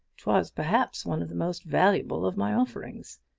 which was perhaps one of the most valuable of my offerings.